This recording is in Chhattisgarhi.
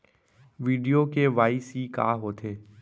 वीडियो के.वाई.सी का होथे